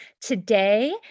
Today